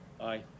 Aye